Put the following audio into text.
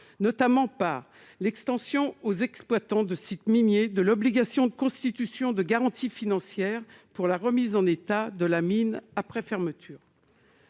notamment procédé à l'extension, aux exploitants de sites miniers, de l'obligation de constitution de garanties financières pour la remise en état de la mine après fermeture